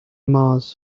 mars